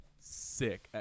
sick